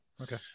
Okay